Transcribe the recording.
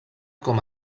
com